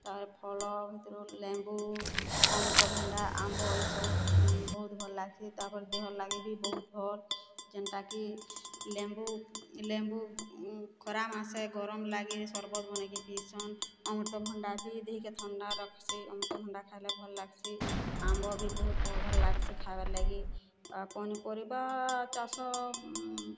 ତ ଫଳ ଭିତରୁ ଲେମ୍ବୁ ଅଂମୃତଭଣ୍ଡା ଆମ୍ବ ଏ ସବୁ ବହୁତ ଭଲ ଲାଗ୍ସି ତାପରେ ଦେହର୍ ଲାଗି ଭି ବହୁତ ଭଲ ଯେନ୍ତା କି ଲେମ୍ବୁ ଲେମ୍ବୁ ଖରା ମାସେ ଗରମ ଲାଗେ ସର୍ବତ ବନାଇକି ପିଏସନ୍ ଅଂମୃତଭଣ୍ଡା ଭି ଦେହ କି ଥଣ୍ଡା ରଖ୍ସି ଅଂମୃତଭଣ୍ଡା ଖାଇଲେ ଭଲ ଲାଗ୍ସି ଆମ୍ବ ଭି ବହୁତ ଭଲ ଲାଗ୍ସି ଖାଇବାର୍ ଲାଗି ପନିପରିବା ଚାଷ